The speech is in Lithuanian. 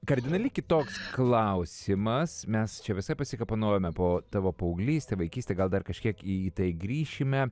kardinaliai kitoks klausimas mes čia visaip pasikapanojome po tavo paauglystę vaikystę gal dar kažkiek į tai grįšime